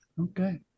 Okay